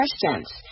questions